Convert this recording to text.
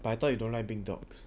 but I thought you don't like big dogs